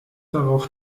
drauf